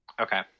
Okay